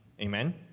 Amen